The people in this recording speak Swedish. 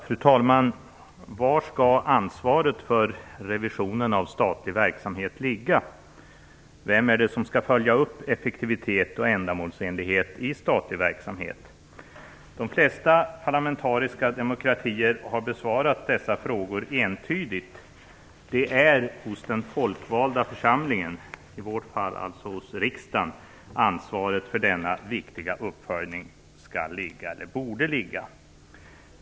Fru talman! Var skall ansvaret för revisionen av statlig verksamhet ligga? Vem skall följa upp effektivitet och ändamålsenlighet i statlig verksamhet? De flesta parlamentariska demokratier har besvarat dessa frågor entydigt. Det är hos den folkvalda församlingen, i vårt fall alltså hos riksdagen, som ansvaret för denna viktiga verksamhet skall, eller borde, ligga.